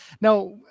Now